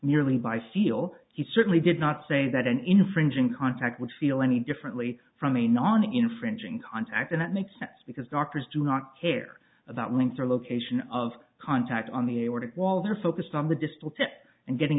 merely by feel he certainly did not say that an infringing contact would feel any differently from a non infringing contact and that makes sense because doctors do not care about links or location of contact on the aortic wall they are focused on the distorted and getting